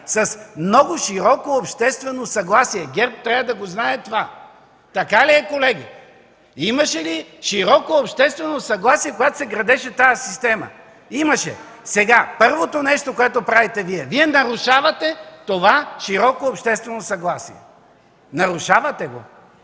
с много широко обществено съгласие – ГЕРБ трябва да знае това! Така ли е, колеги? – имаше ли широко обществено съгласие, когато се градеше тази система? Имаше. Сега първото нещо, което правите Вие, е че нарушавате това широко обществено съгласие. Нарушавате го.